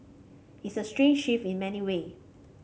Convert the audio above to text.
it's a strange in many way